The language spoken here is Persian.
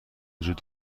وجود